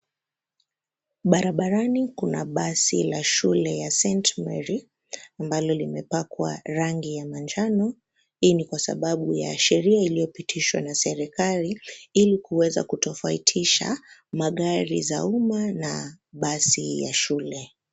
Barabarani kuna basi la shule ya St. Mary ambalo limepakwa rangi ya manjano, hii ni kwa sababu ya sheria iliyopitishwa na serikali ili kuweza kutofautisha magari za umma na basi ya shule.